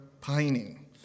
pining